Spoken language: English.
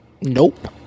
Nope